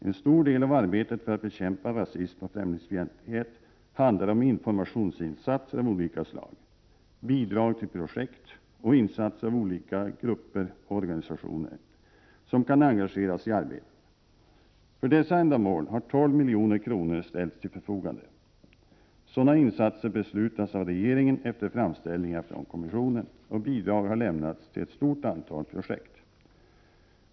En stor del av arbetet för att bekämpa rasism och främlingsfientlighet handlar om informationsinsatser av olika slag, bidrag till projekt och insatser av olika grupper och organisationer som kan engageras i arbetet. För dessa ändamål har 12 milj.kr. ställts till förfogande. Sådana insatser beslutas av regeringen efter framställningar från kommissionen, och bidrag har lämnats till ett stort antal projekt.